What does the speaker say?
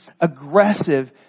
aggressive